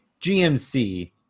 GMC